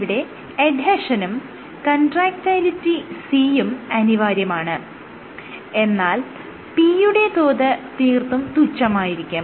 ഇവിടെ എഡ്ഹെഷനും contractility C യും അനിവാര്യമാണ് എന്നാൽ P യുടെ തോത് തീർത്തും തുച്ഛമായിരിക്കും